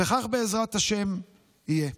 וכך בעזרת השם יהיה.